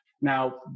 Now